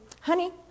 honey